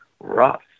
rough